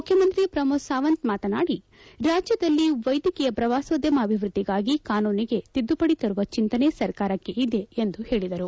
ಮುಖ್ಯಮಂತ್ರಿ ಪ್ರಮೋದ್ ಸಾವಂತ್ ಮಾತನಾಡಿ ರಾಜ್ಯದಲ್ಲಿ ವೈದ್ಯಕೀಯ ಪ್ರವಾಸೋದ್ಯಮ ಅಭಿವೃದ್ಧಿಗಾಗಿ ಕಾನೂನಿಗೆ ತಿದ್ದುಪಡಿ ತರುವ ಚಿಂತನೆ ಸರ್ಕಾರಕ್ಕೆ ಇದೆ ಎಂದು ಹೇಳಿದರು